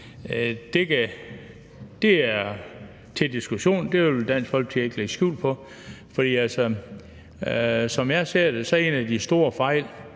Det er til diskussion. Det vil Dansk Folkeparti ikke lægge skjul på. Som jeg ser det, er en af de store fejl,